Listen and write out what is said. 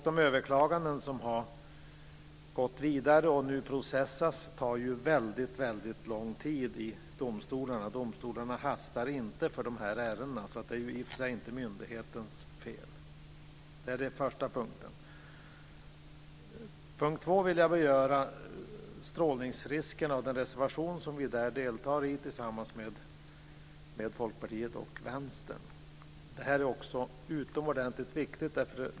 De överklaganden som har gått vidare och nu processas tar väldigt lång tid i domstolarna. Domstolarna hastar inte med de här ärendena. Det är i och för sig inte myndighetens fel. Det var den första punkten. Den andra punkten som jag vill beröra handlar om strålningsriskerna och den reservation som vi deltar i tillsammans med Folkpartiet och Vänstern. Detta är också utomordentligt viktigt.